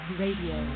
radio